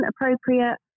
appropriate